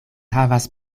havas